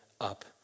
up